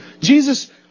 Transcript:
Jesus